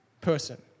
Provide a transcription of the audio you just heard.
person